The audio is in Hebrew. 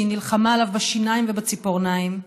שהיא נלחמה עליו בשיניים ובציפורניים.